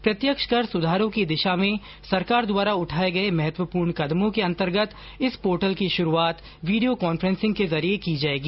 प्रत्यक्ष कर सुधारों की दिशा में सरकार द्वारा उठाए गए महत्वपूर्ण कदमों के अंतर्गत इस पोर्टल की शुरूआत वीडियो कांफे सिंग के जरिए की जाएगी